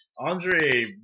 Andre